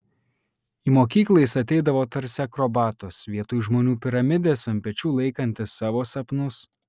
į mokyklą jis ateidavo tarsi akrobatas vietoj žmonių piramidės ant pečių laikantis savo sapnus